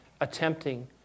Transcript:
attempting